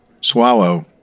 swallow